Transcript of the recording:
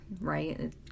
right